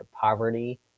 poverty